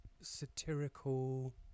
satirical